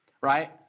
right